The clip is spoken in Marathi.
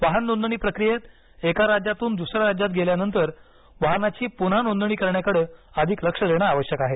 वाहन नोंदणी प्रक्रियेत एका राज्यातून दुसऱ्या राज्यात गेल्यानंतर वाहनाची पुन्हा नोदणी करण्याकडे अधिक लक्ष देणं आवश्यक आहे